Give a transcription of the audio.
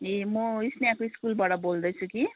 ए म स्नेहको स्कुलबाट बोल्दैछु कि